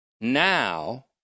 now